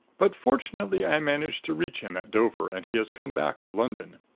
but fortunately i managed to reach him at dover and he has come back to london.